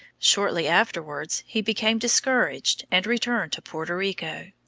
shortly afterwards he became discouraged and returned to puerto rico.